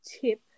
tip